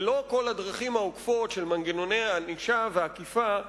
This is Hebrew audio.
ולא כל הדרכים העוקפות של מנגנוני הענישה והאכיפה,